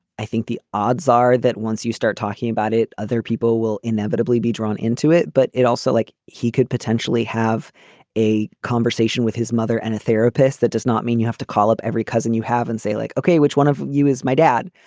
i think the odds are that once you start talking about it, other people will inevitably be drawn into it. but it also like he could potentially have a conversation with his mother and a therapist. that does not mean you have to call up every cousin you have and say, like, okay, which one of you is my dad?